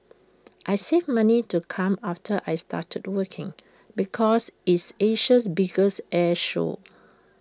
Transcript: I saved money to come after I started working because it's Asia's biggest air show